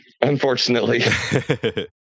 unfortunately